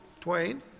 twain